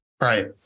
Right